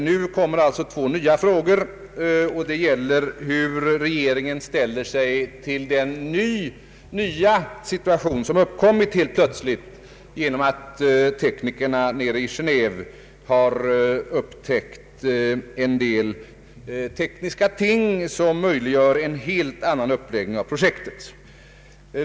Nu kommer alltså två nya frågor, som gäller hur regeringen ställer sig till den nya situation som uppkommit helt plötsligt genom att teknikerna i Genéve har upptäckt en del tekniska ting som möjliggör en helt annan uppläggning av projektet.